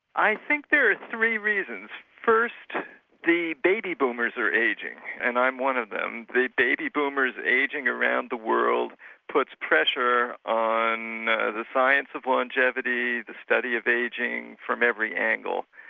i think there are three reasons. first the baby boomers are ageing, and i'm one of them. the baby boomers ageing around the world puts pressure on the science of longevity, the study of ageing, from every angle.